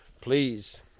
Please